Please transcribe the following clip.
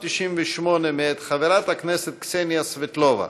398, מאת חברת הכנסת קסניה סבטלובה.